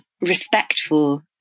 respectful